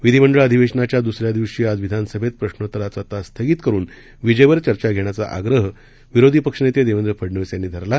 विधीमंडळ अधिवेशनाच्या दु्सऱ्या दिवशी आज विधानसभेत प्रश्नोत्तराचा तास स्थगित करून विजेवर चर्चा घेण्याचा आग्रह विरोधी पक्षनेते देवेंद्र फडनवीस यांनी धरला